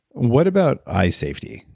what about eye safety?